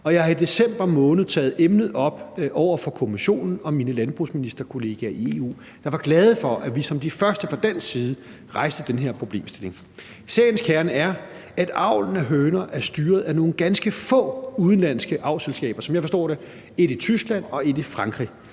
jeg har i december måned taget emnet op over for Kommissionen og mine landbrugsministerkollegaer i EU, der var glade for, at vi fra dansk side som de første rejste den her problemstilling. Sagens kerne er, at avlen af høner er styret af nogle ganske få udenlandske avlsselskaber, som jeg forstår det: et i Tyskland og et i Frankrig.